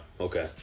okay